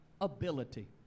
ability